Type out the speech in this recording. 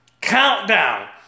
countdown